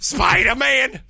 Spider-Man